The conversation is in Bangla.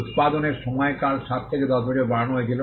উত্পাদনের সময়কাল 7 থেকে 10 বছর বাড়ানো হয়েছিল